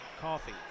Coffee